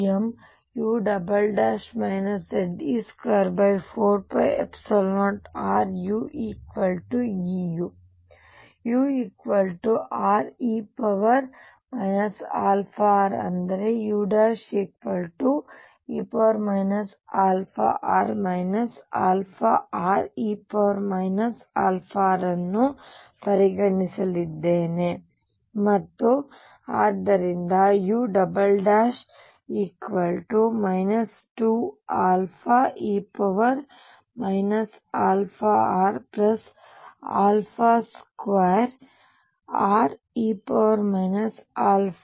ನಾನು ure αr ಅಂದರೆ ue αr αre αr ಅನ್ನು ಪರಿಗಣಿಸಲಿದ್ದೇನೆ ಮತ್ತು ಆದ್ದರಿಂದ u 2αe αr2re αr u